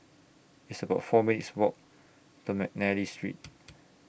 It's about four minutes' Walk to Mcnally Street